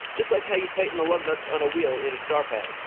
just like how you tighten the lug nuts on a wheel in a star pattern.